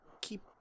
keep